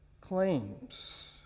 claims